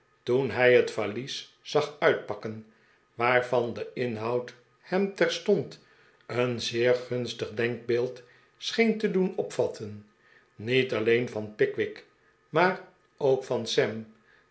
toen hij het valies zag uitpakken waarvan de inhoud hem terstond een zeer gunstig denkbeeld scheen te doen opvatten niet alleen van pickwick maar ook van sam